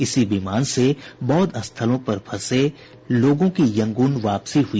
इसी विमान से बौद्ध स्थलों पर फंसे लोगों की यंगून वापसी हुई